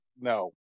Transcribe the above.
no